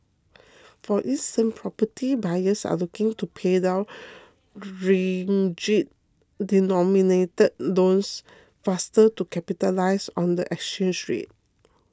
for instance property buyers are looking to pay down ringgit denominated loans faster to capitalise on the exchange rate